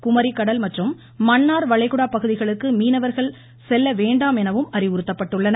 குமரி கடல் மற்றும் மன்னார் வளைகுடா பகுதிகளுக்கு மீனவர்கள் செல்ல வேண்டாம் என அறிவுறுத்தப்பட்டுள்ளனர்